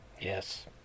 Yes